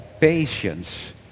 patience